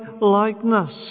likeness